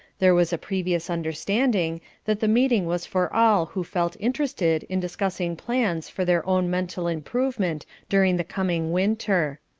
there was a previous understanding that the meeting was for all who felt interested in discussing plans for their own mental improvement during the coming winter.